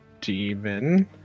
demon